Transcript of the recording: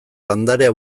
landarea